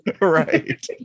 Right